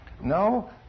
No